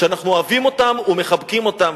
שאנחנו אוהבים אותם ומחבקים אותם,